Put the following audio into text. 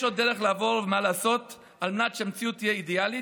יש עוד דרך לעבור ומה לעשות על מנת שהמציאות תהיה אידיאלית,